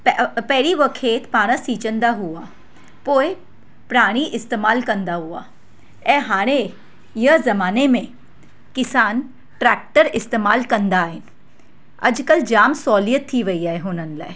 त पहिरीं उहे खेत पाणि सिचंदा हुआ पोइ प्राणी इस्तेमालु कंदा हुआ ऐं हाणे जे ज़माने में किसान ट्रेक्टर इस्तेमालु कंदा आहिनि अॼुकल्ह जाम सहूलियत थी वेई आहे हुननि लाइ